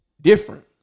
different